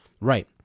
right